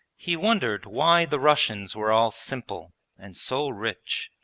he wondered why the russians were all simple and so rich,